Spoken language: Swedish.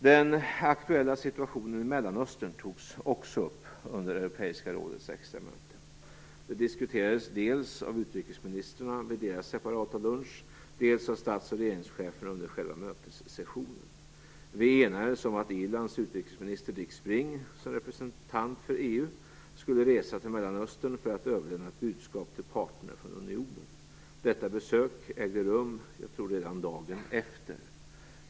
Den aktuella situationen i Mellanöstern togs också upp under Europeiska rådets extramöte. Den diskuterades dels av utrikesministrarna vid deras separata lunch, dels av stats och regeringscheferna under själva mötessessionen. Vi enades om att Irlands utrikesminister Dick Spring, som representant för EU, skulle resa till Mellanöstern för att överlämna ett budskap till parterna från unionen. Detta besök tror jag ägde rum redan dagen efter.